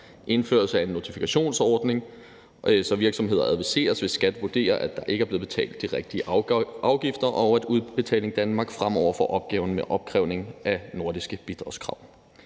indførelse af en ny notifikationsordning, så virksomheder adviseres, hvis Skatteforvaltningen vurderer, at der ikke er blevet betalt de rigtige afgifter, og at Udbetaling Danmark fremover får opgaven med opkrævning af nordiske bidragskrav.